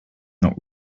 not